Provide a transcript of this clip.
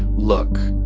look.